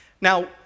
Now